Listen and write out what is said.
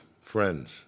friends